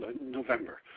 November